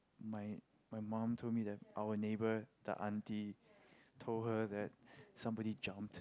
my my mom told me that our neighbour the aunty told her that somebody jumped